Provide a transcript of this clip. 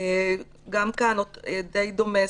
גם כאן די דומה,